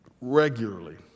regularly